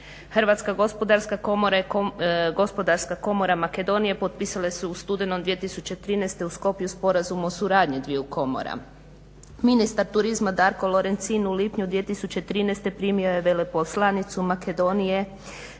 komora i Gospodarska komora Makedonije potpisale su u studenom 2013.u Skopju Sporazum o suradnji dviju komora. Ministar turizma Darko Lorencin u lipnju 2013.primio je veleposlanicu Makedonije